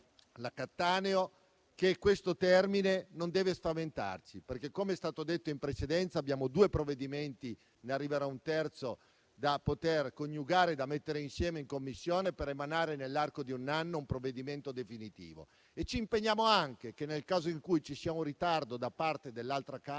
vita Cattaneo, che stimo, questo termine non deve spaventarci, perché, come è stato detto in precedenza, abbiamo due provvedimenti e ne arriverà un terzo da esaminare congiuntamente in Commissione, per emanare, nell'arco di un anno, un provvedimento definitivo. Ci impegniamo inoltre affinché, nel caso in cui ci sia un ritardo da parte dell'altra Camera